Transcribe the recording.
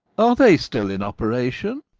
are they still in operation?